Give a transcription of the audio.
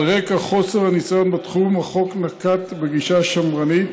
על רקע חוסר הניסיון בתחום, החוק נקט גישה שמרנית.